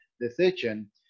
decision